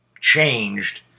changed